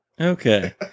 okay